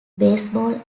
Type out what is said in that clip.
baseball